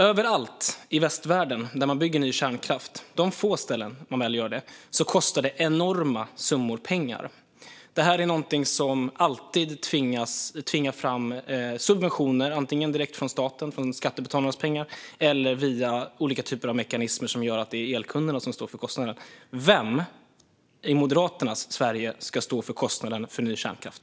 Överallt i västvärlden där man bygger ny kärnkraft - på de få ställen där man väljer att göra det - kostar det enorma summor pengar. Det här är någonting som alltid tvingar fram subventioner, antingen direkt från staten och skattebetalarnas pengar eller via olika typer av mekanismer som gör att det är elkunderna som står för kostnaden. Vem ska i Moderaternas Sverige stå för kostnaden för ny kärnkraft?